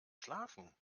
schlafen